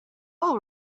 all